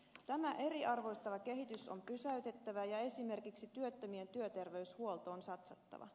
tämä eriarvoistava kehitys on pysäytettävä ja esimerkiksi työttömien työterveyshuoltoon satsattava